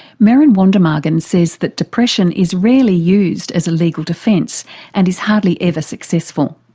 meron wondemaghen says that depression is rarely used as a legal defence and is hardly ever successful.